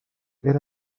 era